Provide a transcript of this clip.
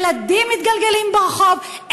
ילדים מתגלגלים ברחוב,